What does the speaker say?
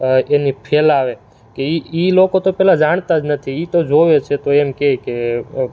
એની ફેલાવે એ એ લોકો તો પહેલાં જાણતાં જ નથી એ તો જુએ છે તો એમ કહે કે